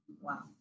Wow